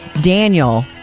Daniel